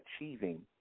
achieving